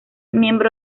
miembro